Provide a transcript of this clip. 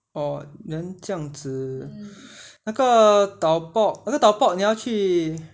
oh then 这样子那个 tau pok 那个 tau pok 你要去